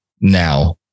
now